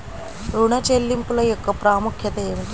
ఋణ చెల్లింపుల యొక్క ప్రాముఖ్యత ఏమిటీ?